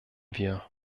wir